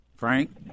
Frank